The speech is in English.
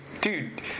dude